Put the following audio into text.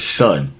son